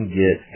get